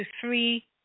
three